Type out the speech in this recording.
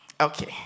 Okay